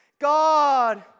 God